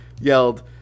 yelled